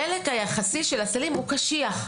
חלק יחסי של הסלים הוא קשיח,